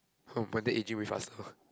oh my bed aging with us or not